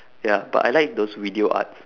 ya but I like those video arts